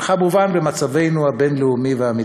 וכמובן במצבנו המדיני והבין-לאומי.